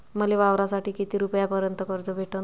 मले वावरासाठी किती रुपयापर्यंत कर्ज भेटन?